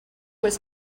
was